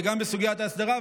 וגם בסוגיית ההסדרה,